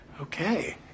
Okay